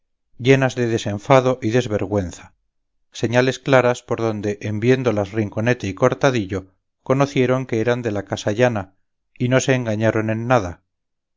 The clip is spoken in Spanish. llenas de desenfado y desvergüenza señales claras por donde en viéndolas rinconete y cortadillo conocieron que eran de la casa llana y no se engañaron en nada